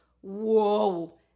whoa